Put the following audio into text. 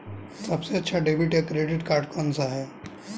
सबसे अच्छा डेबिट या क्रेडिट कार्ड कौन सा है?